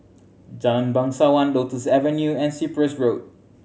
Jalan Bangsawan Lotus Avenue and Cyprus Road